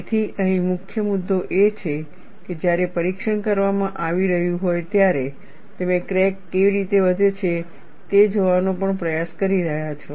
તેથી અહીં મુખ્ય મુદ્દો એ છે કે જ્યારે પરીક્ષણ કરવામાં આવી રહ્યું હોય ત્યારે તમે ક્રેક કેવી રીતે વધે છે તે જોવાનો પણ પ્રયાસ કરી રહ્યા છો